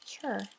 Sure